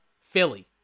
Philly